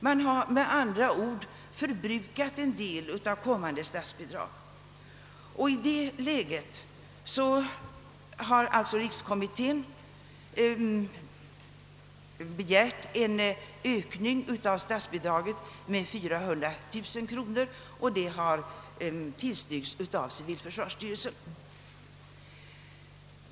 Man har, med andra ord, förbrukat en del av komman de statsbidrag, och i detta läge har Riks kommittén begärt en höjning av stats: bidraget med 400 000 kronor vilket till: styrkts av civilförsvarsstyrelsen.